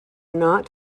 not